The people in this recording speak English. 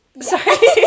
sorry